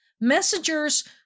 Messengers